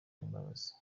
n’imbabazi